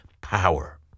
power